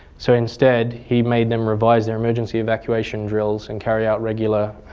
so instead he made them revise their emergency evacuation drills and carry out regular